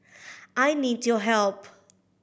I need your help